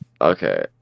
Okay